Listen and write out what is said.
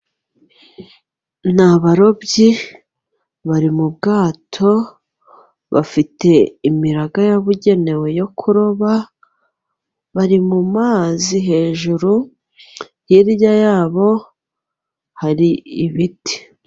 Ni abarobyi bari mu bwato bafite imiraga yabugenewe yo kuroba bari mu mazi hejuru hirya yabo hari ibiti.